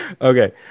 Okay